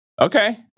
Okay